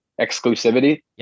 exclusivity